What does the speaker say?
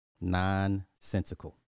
nonsensical